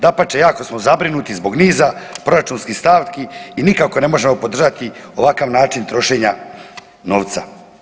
Dapače, jako smo zabrinuti zbog niza proračunskih stavki i nikako ne možemo podržati ovakav način trošenja novca.